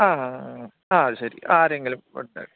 ആ ആ ആ ആ ശരി ആരെങ്കിലും കൊടുത്താൽ